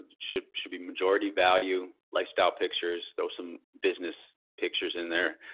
ah should should be majority value, lifestyle pictures though. some business pictures in there,